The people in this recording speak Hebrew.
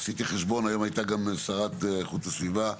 עשיתי חשבון, היום הייתה גם שרת איכות הסביבה.